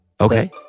Okay